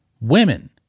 women